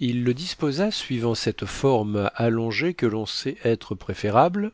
il le disposa suivant cette forme allongée que l'on sait être préférable